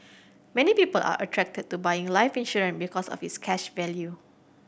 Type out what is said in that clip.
many people are attracted to buying life insurance because of its cash value